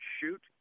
shoot